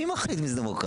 מי מחליט מי זה דמוקרטיה?